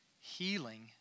Healing